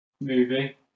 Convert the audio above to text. movie